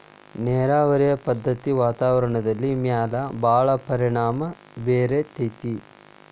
ನೇರಾವರಿ ಪದ್ದತಿ ವಾತಾವರಣದ ಮ್ಯಾಲ ಭಾಳ ಪರಿಣಾಮಾ ಬೇರತತಿ